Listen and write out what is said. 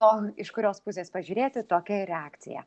o iš kurios pusės pažiūrėti tokia ir reakcija